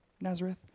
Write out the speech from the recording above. Nazareth